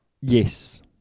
Yes